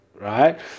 right